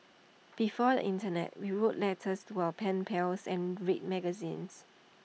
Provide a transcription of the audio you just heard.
before the Internet we wrote letters to our pen pals and read magazines